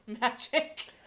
magic